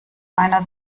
einer